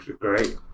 great